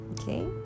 okay